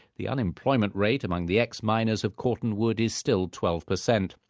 the unemployment rate among the ex-miners of cortonwood is still twelve percent.